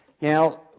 Now